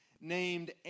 named